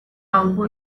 elbow